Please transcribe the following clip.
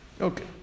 Okay